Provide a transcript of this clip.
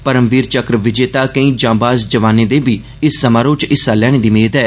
परमवीर चक्र विजेता केई जांबाज जवानें दे बी इस समारोह च हिस्सा लैने दी मेद ऐ